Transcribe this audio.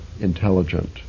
intelligent